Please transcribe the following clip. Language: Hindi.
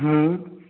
हम्म